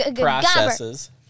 processes